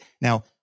now